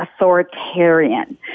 authoritarian